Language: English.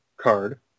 card